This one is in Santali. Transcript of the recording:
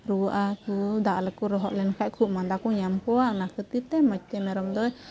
ᱨᱩᱭᱟᱹᱜᱼᱟ ᱫᱟᱜ ᱨᱮᱠᱚ ᱞᱚᱦᱚᱫ ᱞᱮᱱ ᱠᱷᱟᱡ ᱠᱚ ᱢᱟᱫᱟ ᱠᱚ ᱧᱟᱢ ᱠᱚᱣᱟ ᱚᱱᱟ ᱠᱷᱟᱹᱛᱤᱨ ᱛᱮ ᱢᱚᱡᱛᱮ ᱢᱮᱨᱚᱢ ᱫᱚ